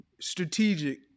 strategic